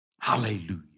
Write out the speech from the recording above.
Hallelujah